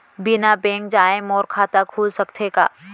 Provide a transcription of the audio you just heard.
बिना बैंक जाए मोर खाता खुल सकथे का?